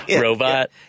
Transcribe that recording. robot